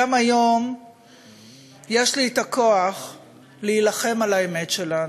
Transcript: גם היום יש לי את הכוח להילחם על האמת שלנו.